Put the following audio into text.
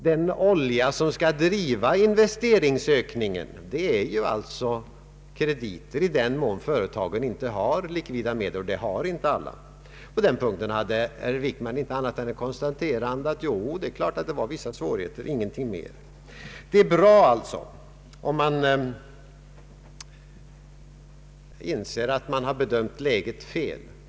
Den olja som skall driva investeringsökningen är ju krediter, i den mån företagen inte har likvida medel — och det har inte alla. På den punkten kom herr Wickman inte med något annat än ett konstaterande att det förelåg vissa svårigheter, ingenting om mer olja. Det är bra att man inser att man har bedömt läget fel.